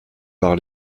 par